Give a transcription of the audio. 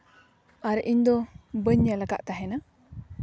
ᱟᱨ ᱤᱧ ᱫᱚ ᱵᱟᱹᱧ ᱧᱮᱞ ᱠᱟᱜ ᱛᱟᱦᱮᱱᱟ